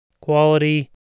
quality